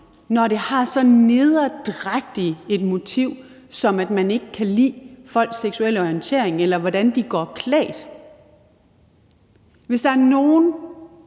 når det har så nederdrægtigt et motiv, som at man ikke kan lide folks seksuelle orientering, eller hvordan de går klædt. Hvis der er nogen,